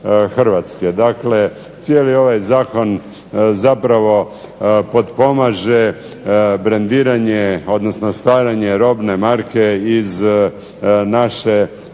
Dakle, cijeli ovaj Zakon zapravo potpomaže brendiranje, odnosno stvaranje robne marke iz naše države.